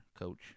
coach